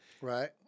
Right